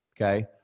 Okay